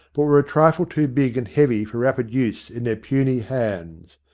but were a trifle too big and heavy for rapid use in their puny hands.